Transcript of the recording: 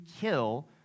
kill